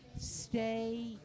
stay